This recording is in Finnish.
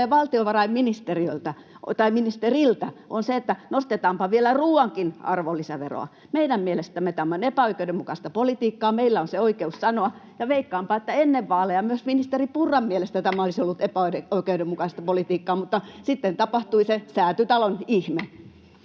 valtiovarainministeriltä, on se, että nostetaanpa vielä ruoankin arvonlisäveroa. Meidän mielestämme tämä on epäoikeudenmukaista politiikkaa. Meillä on se oikeus sanoa, ja veikkaanpa, että ennen vaaleja myös ministeri Purran mielestä tämä olisi ollut epäoikeudenmukaista politiikkaa, [Vasemmalta: Juuri näin!